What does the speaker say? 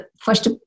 first